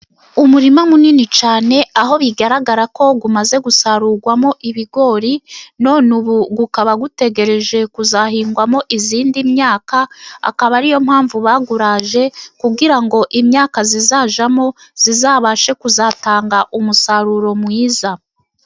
Umurima munini cyane aho bigaragara ko umaze gusarurwamo ibigori, none ubu ukaba gutegereje kuzahingwamo indi myaka. Akaba ari yo mpamvu bawuraje, kugira ngo imyaka izajyamo izabashe kuzatanga umusaruro mwiza.